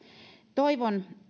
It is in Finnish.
toivon